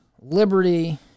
liberty